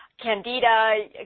candida